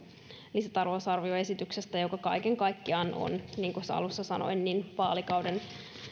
lisätalousarvioesityksestä joka kaiken kaikkiaan on niin kuin alussa sanoin vaalikauden